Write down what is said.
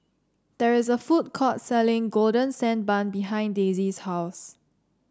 there is a food court selling Golden Sand Bun behind Daisy's house